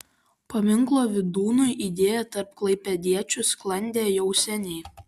paminklo vydūnui idėja tarp klaipėdiečių sklandė jau seniai